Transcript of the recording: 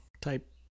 type